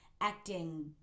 acting